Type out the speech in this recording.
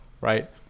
right